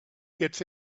gets